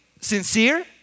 sincere